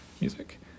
music